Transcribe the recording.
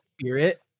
spirit